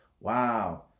Wow